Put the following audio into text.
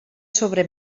sobre